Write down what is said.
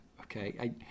Okay